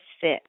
fit